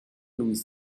louis